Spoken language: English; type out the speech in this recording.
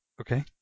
Okay